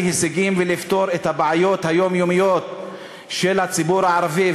הישגים ולפתור את הבעיות היומיומיות של הציבור הערבי,